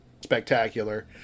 spectacular